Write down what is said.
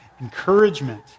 encouragement